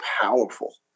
powerful